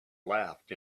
laughed